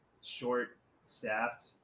short-staffed